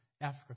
Africa